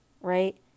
right